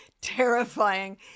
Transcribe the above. terrifying